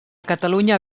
catalunya